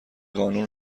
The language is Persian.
قانون